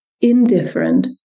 indifferent